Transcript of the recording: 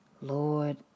Lord